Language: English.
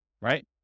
right